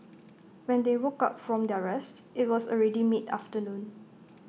when they woke up from their rest IT was already mid afternoon